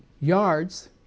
yards